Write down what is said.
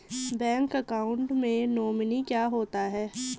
Bank account में nominee क्या होता है?